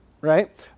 right